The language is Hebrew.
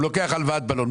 הוא לוקח הלוואת בלון.